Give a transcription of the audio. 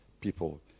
people